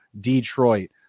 Detroit